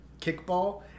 kickball